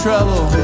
Trouble